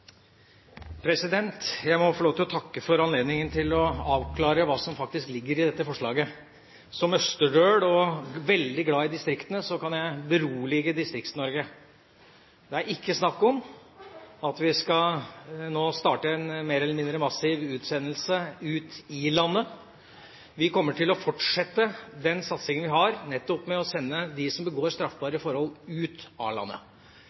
Jeg må få lov til å takke for anledningen til å avklare hva som faktisk ligger i dette forslaget. Som østerdøl og veldig glad i distriktene kan jeg berolige Distrikts-Norge. Det er ikke snakk om at vi nå skal starte en mer eller mindre massiv utsendelse ut i landet. Vi kommer til å fortsette den satsingen vi har, nettopp ved å sende de som begår straffbare forhold, ut av landet.